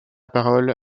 parole